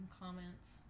comments